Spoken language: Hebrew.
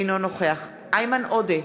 אינו נוכח איימן עודה,